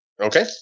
Okay